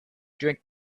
drink